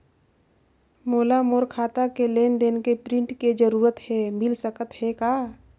मोला मोर खाता के लेन देन के प्रिंट के जरूरत हे मिल सकत हे का?